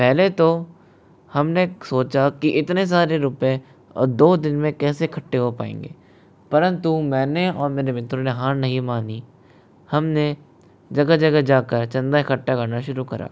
पहले तो हमने सोचा कि इतने सारे रुपये दो दिन में कैसे इकट्ठे हो पाएंगे परंतु मैंने और मेरे मित्रों ने हार नहीं मानी हमने जगह जगह जाकर चंदा इकट्ठा करना शुरू करा